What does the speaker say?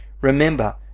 Remember